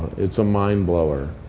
it's a mind blower.